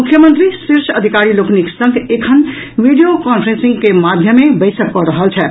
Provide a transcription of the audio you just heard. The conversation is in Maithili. मुख्यमंत्री शीर्ष अधिकारी लोकनिक संग एखन वीडियो कांफ्रेंसिंग के माध्यमे बैसक कऽ रहल छथि